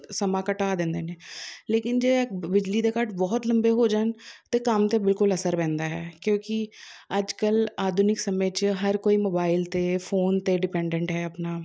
ਸਮਾਂ ਘਟਾ ਦਿੰਦੇ ਨੇ ਲੇਕਿਨ ਜੇ ਬਿਜਲੀ ਦੇ ਕੱਟ ਬਹੁਤ ਲੰਬੇ ਹੋ ਜਾਣ ਤਾਂ ਕੰਮ 'ਤੇ ਬਿਲਕੁਲ ਅਸਰ ਪੈਂਦਾ ਹੈ ਕਿਉਂਕਿ ਅੱਜ ਕੱਲ੍ਹ ਆਧੁਨਿਕ ਸਮੇਂ 'ਚ ਹਰ ਕੋਈ ਮੋਬਾਇਲ 'ਤੇ ਫੋਨ 'ਤੇ ਡਿਪੈਂਡੈਂਟ ਹੈ ਆਪਣਾ